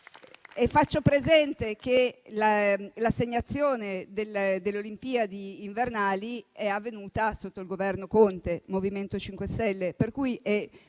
Faccio presente che l'assegnazione delle Olimpiadi invernali è avvenuta sotto il Governo Conte, con il MoVimento 5 Stelle,